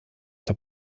der